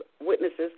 witnesses